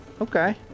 Okay